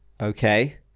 Okay